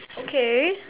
okay